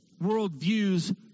Worldviews